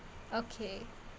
okay